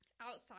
outside